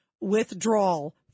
withdrawal